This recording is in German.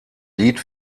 lied